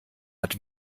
hat